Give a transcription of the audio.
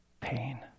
pain